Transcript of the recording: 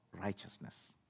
righteousness